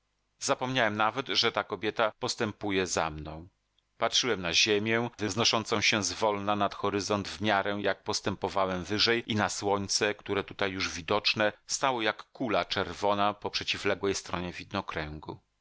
zapomniałem nawet że ta kobieta postępuje za mną patrzyłem na ziemię wznoszącą się zwolna nad horyzont w miarę jak postępowałem wyżej i na słońce które tutaj już widoczne stało jak kula czerwona po przeciwległej stronie